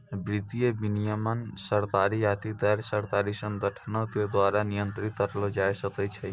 वित्तीय विनियमन सरकारी आकि गैरसरकारी संगठनो के द्वारा नियंत्रित करलो जाय सकै छै